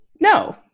No